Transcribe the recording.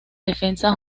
defensa